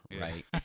right